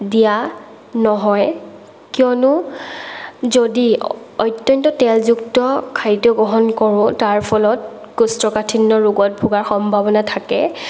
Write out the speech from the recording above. দিয়া নহয় কিয়নো যদি অত্যন্ত তেলযুক্ত খাদ্য গ্ৰহণ কৰোঁ তাৰ ফলত কৌষ্ঠকাঠিন্য ৰোগত ভোগাৰ সম্ভাৱনীয়তা থাকে